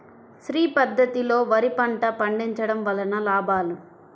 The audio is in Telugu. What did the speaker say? శ్రీ పద్ధతిలో వరి పంట పండించడం వలన లాభాలు?